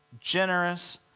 generous